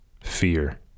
Fear